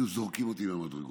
היו זורקים אותי מהמדרגות.